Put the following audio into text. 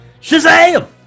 Shazam